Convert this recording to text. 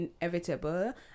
inevitable